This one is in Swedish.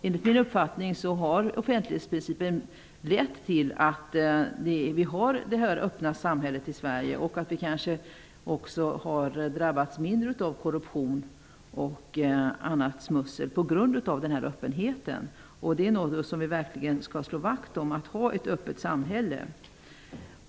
Enligt min uppfattning har offentlighetsprincipen lett till att vi fått det öppna samhälle som vi har i Sverige och på grund av denna öppenhet kanske även till det förhållandet att vi har drabbats mindre av korruption och annat smussel. Vi skall verkligen slå vakt om vårt öppna samhälle.